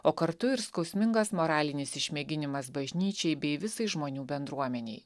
o kartu ir skausmingas moralinis išmėginimas bažnyčiai bei visai žmonių bendruomenei